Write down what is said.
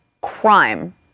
crime